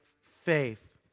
faith